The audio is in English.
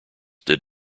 did